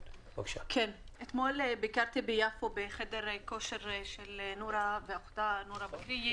אתמול ביקרתי בחדר כושר של נורה בכריה ואחותה ביפו,